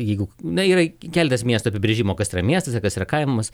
jeigu na yra keletas miestų apibrėžimo kas yra miestas kas yra kaimas